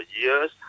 years